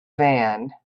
van